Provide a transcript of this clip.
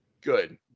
Good